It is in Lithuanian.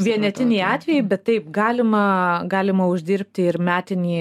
vienetiniai atvejai bet taip galima galima uždirbti ir metinį